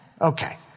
Okay